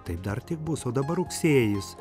taip dar tik bus o dabar rugsėjis